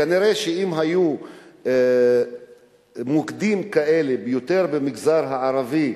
כנראה אם היו יותר מוקדים כאלה במגזר הערבי,